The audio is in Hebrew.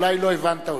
אולי לא הבנת אותי.